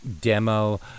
demo